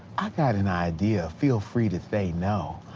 i got an idea, feel free to say no,